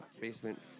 basement